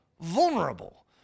vulnerable